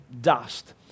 dust